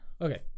Okay